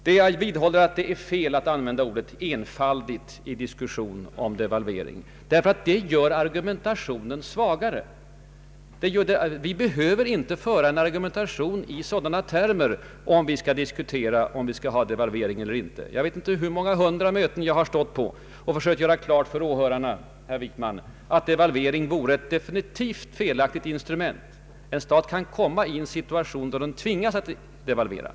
Jag vidhåller att det är fel att använda ordet ”enfaldigt” i diskussion om devalvering, därför att det gör argumentationen svagare. Vi behöver inte föra en argumentation i sådana termer när vi diskuterar om vårt land skall devalvera eller inte. Jag vet inte på hur många hundra möten jag har stått och försökt göra klart för åhörarna, herr Wickman, att devalvering nu vore ett definitivt felaktigt instrument. Det är klart att man kan komma i en situation då man tvingas att devalvera.